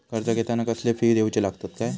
कर्ज घेताना कसले फी दिऊचे लागतत काय?